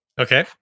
Okay